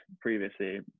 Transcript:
previously